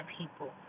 people